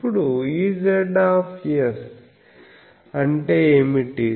ఇప్పుడు Ezs అంటే ఏమిటి